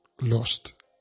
lost